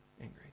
angry